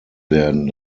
werden